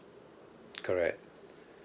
correct